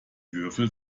würfel